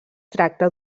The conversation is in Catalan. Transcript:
tracta